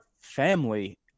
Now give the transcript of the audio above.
family